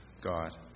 God